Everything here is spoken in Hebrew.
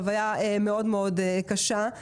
חוויה מאוד מאוד קשה,